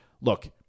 look